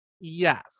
yes